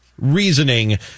Reasoning